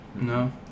No